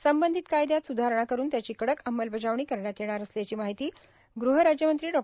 संबंधित कायद्यात सुधारणा करून त्याची कडक अंमलबजावणी करण्यात येणार असल्याची माहिती गृह राज्यमंत्री डॉ